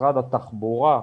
משרד התחבורה,